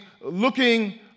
looking